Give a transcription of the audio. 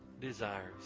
desires